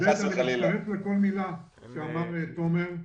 אני מצטרף לכל מילה שאמר תומר.